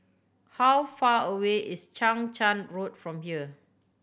how far away is Chang Charn Road from here